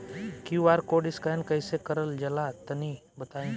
QR code scan कैसे क़रल जला तनि बताई?